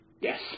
Yes